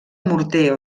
morter